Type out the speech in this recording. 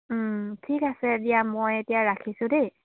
ও ঠিক আছে দিয়া মই এতিয়া ৰাখিছোঁ দেই